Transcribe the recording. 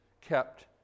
kept